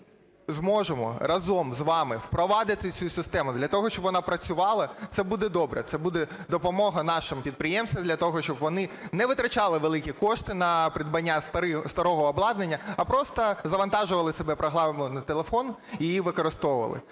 ми зможемо разом з вами впровадити цю систему для того, щоб вона працювала, це буде добре, це буде допомога нашим підприємцям для того, щоб вони не витрачали великі кошти на придбання старого обладнання, а просто завантажували програму на телефон і її використовували.